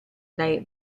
dai